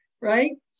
right